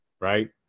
Right